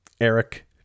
Eric